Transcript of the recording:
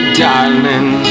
darling